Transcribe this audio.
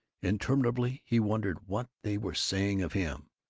interminably he wondered what they were saying of him.